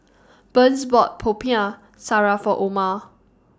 Burns bought Popiah Sayur For Oma